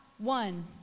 One